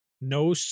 no